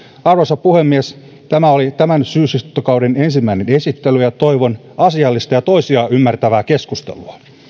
arvoisa puhemies tämä oli tämän syysistuntokauden ensimmäinen esittely ja toivon asiallista ja toisia ymmärtävää keskustelua